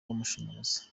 w’amashanyarazi